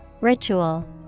Ritual